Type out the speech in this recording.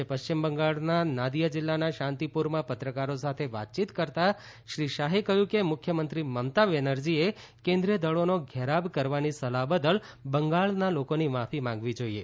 આજે પશ્ચિમ બંગાળના નાદિયા જિલ્લાના શાંતિપુરમાં પત્રકારો સાથે વાતયીત કરતા શ્રી શાહે કહ્યું કે મુખ્યમંત્રી મમતા બેનર્જીએ કેન્દ્રીય દળોનો ઘેરાવ કરવાની સલાહ બદલ બંગાળના લોકોની માફી માંગવી જોઈએ